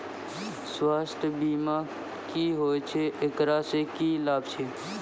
स्वास्थ्य बीमा की होय छै, एकरा से की लाभ छै?